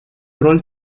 rol